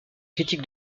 critiques